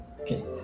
Okay